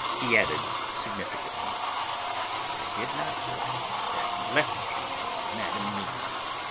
he added significantly i did not like that lethargy of madam mina's.